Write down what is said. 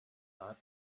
thought